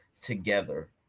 together